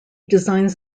designs